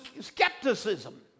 skepticism